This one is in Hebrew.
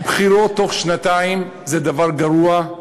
בחירות בתוך שנתיים זה דבר גרוע,